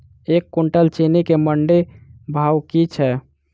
एक कुनटल चीनी केँ मंडी भाउ की छै?